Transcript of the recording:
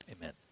Amen